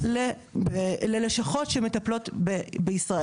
ללשכות שמטפלות פה בישראל.